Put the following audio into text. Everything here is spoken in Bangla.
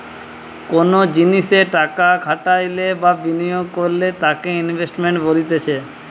কোনো জিনিসে টাকা খাটাইলে বা বিনিয়োগ করলে তাকে ইনভেস্টমেন্ট বলতিছে